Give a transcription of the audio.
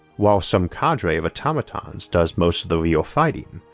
while some cadre of automatons does most of the real fighting.